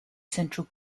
central